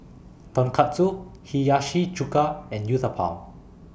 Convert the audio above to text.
Tonkatsu Hiyashi Chuka and Uthapam